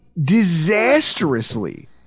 disastrously